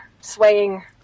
Swaying